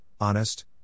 honest